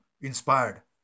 inspired